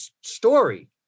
story